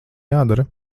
jādara